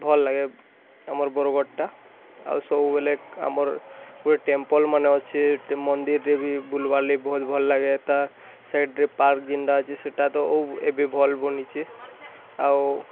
ଭଲ୍ ଲାଗେ ଆମର୍ ବରଗଡ଼୍ଟା ଆଉ ସବୁବେଲେ ଆମର୍ ଗୁଟେ ଟେମ୍ପଲ୍ମାନେ ଅଛେ ମନ୍ଦିରେ ବି ବୁଲ୍ବାର୍ ଲାଗି ବହୁତ୍ ଭଲ୍ ଲାଗେ ତା ସାଇଡ଼୍ରେ ପାର୍କ୍ ଯେନ୍ତା ଅଛେ ସେଟା ତ ଆଉ ଏବେ ଭଲ୍ ବନିଛେ ଆଉ